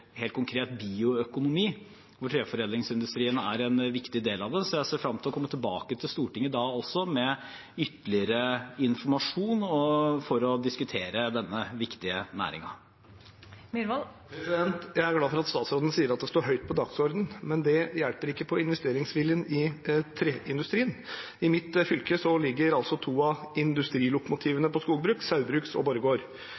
helt konkret: bioøkonomi – hvor treforedlingsindustrien er en viktig del av det. Jeg ser frem til å komme tilbake til Stortinget da med ytterligere informasjon for å diskutere denne viktige næringen. Jeg er glad for at statsråden sier at det står høyt på dagsordenen, men det hjelper ikke på investeringsviljen i treindustrien. I mitt fylke ligger to av